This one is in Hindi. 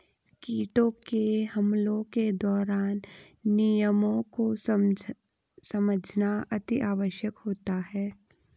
कीटों के हमलों के दौरान नियमों को समझना अति आवश्यक होता है